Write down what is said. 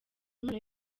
impano